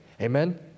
Amen